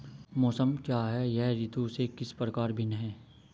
मौसम क्या है यह ऋतु से किस प्रकार भिन्न है?